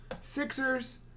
Sixers